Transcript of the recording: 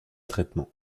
traitement